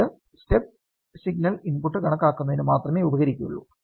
ഇത് step signal input കണക്കാക്കുന്നതിനു മാത്രമേ ഉപകരിക്കുകയുള്ളൂ